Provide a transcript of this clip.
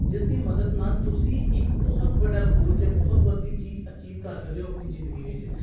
ਜਿਸਦੀ ਮਦਦ ਨਾਲ ਤੁਸੀਂ ਇੱਕ ਬਹੁਤ ਵੱਡਾ ਗੋਲ ਜਾਂ ਬਹੁਤ ਵੱਧਦੀ ਚੀਜ਼ ਅਚੀਵ ਕਰ ਸਕਦੇ ਹੋ ਆਪਣੀ ਜ਼ਿੰਦਗੀ ਵਿੱਚ